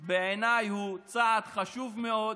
בעיניי, החוק הזה הוא צעד חשוב מאוד,